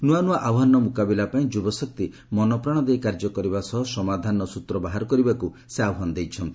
ନୂଆ ନୂଆ ଆହ୍ୱାନର ମୁକାବିଲାପାଇଁ ଯୁବଶକ୍ତି ମନପ୍ରାଣ ଦେଇ କାର୍ଯ୍ୟ କରିବା ସହ ସମାଧାନର ସ୍ୱତ୍ର ବାହାର କରିବାକୁ ସେ ଆହ୍ୱାନ ଦେଇଛନ୍ତି